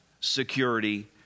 security